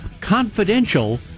confidential